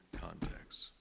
context